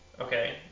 okay